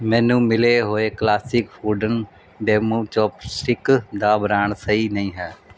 ਮੈਨੂੰ ਮਿਲੇ ਹੋਏ ਕਲਾਸਿਕ ਵੂਡਨ ਬੈਮਬੂ ਚੋਪਸਟਿੱਕ ਦਾ ਬ੍ਰਾਂਡ ਸਹੀ ਨਹੀਂ ਹੈ